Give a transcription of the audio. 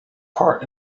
part